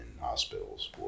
hospitals